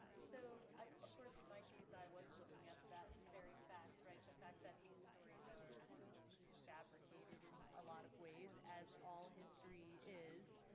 so of course in my case, i was looking at that very fact, right, the fact that these stories are fabricated in a lot of ways, as all history is.